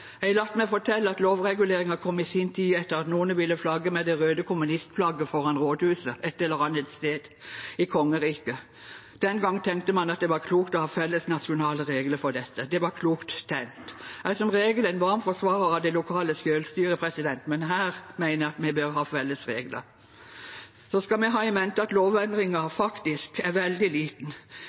Jeg har latt meg fortelle at lovreguleringen i sin tid kom etter at noen ville flagge med det røde kommunistflagget foran rådhuset et eller annet sted i kongeriket. Den gang tenkte man at det var klokt å ha felles nasjonale regler for dette. Det var klokt tenkt. Jeg er som regel en varm forsvarer av det lokale selvstyret, men her mener jeg at vi bør ha felles regler. Så skal vi ha i mente at lovendringen faktisk er veldig liten.